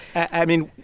i mean,